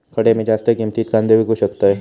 खडे मी जास्त किमतीत कांदे विकू शकतय?